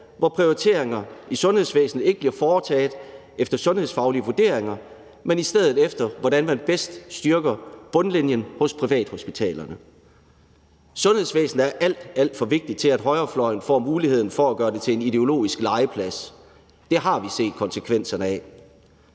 hvor prioriteringer i sundhedsvæsenet ikke bliver foretaget efter sundhedsfaglige vurderinger, men i stedet efter, hvordan man bedst styrker bundlinjen hos privathospitalerne. Sundhedsvæsenet er alt, alt for vigtigt til, at højrefløjen får muligheden for at gøre det til en ideologisk legeplads. Det har vi set konsekvenserne af.